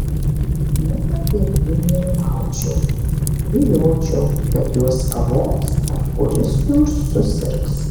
nuolat dėl jų nerimaučiau bijočiau kad juos pavogs ar kuris nors susirgs